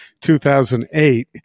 2008